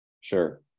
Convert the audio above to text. sure